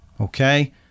okay